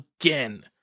again